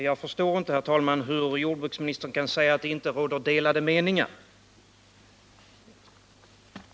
Herr talman! Jag förstår inte att jordbruksministern kan säga att det inte råder delade meningar.